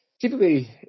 Typically